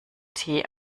tee